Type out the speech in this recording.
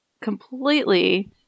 completely